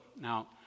Now